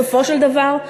בסופו של דבר,